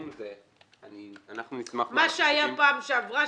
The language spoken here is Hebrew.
מה שהיה פעם שעברה,